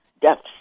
deaths